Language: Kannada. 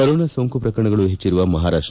ಕೊರೊನಾ ಸೋಂಕು ಶ್ರಕರಣಗಳು ಹೆಚ್ಚಿರುವ ಮಹಾರಾಷ್ಟ